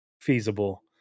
feasible